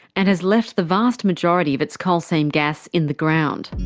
and has left the vast majority of its coal seam gas in the ground.